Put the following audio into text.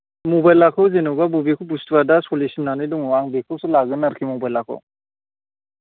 मबाइलखौ जेनेबा बबे बुस्थुआ दा सलिसिननानै दङ आं बेखौसो लागोन आरोखि मबाइलखौ